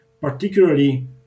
particularly